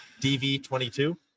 DV22